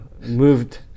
moved